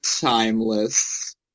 timeless